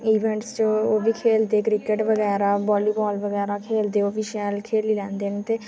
events च ओह् बी खेलदे क्रिक्रेट बगैरा वालीबाल बगैरा खेढदे ओह् बी शैल खेढी लैंदे न ते